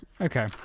Okay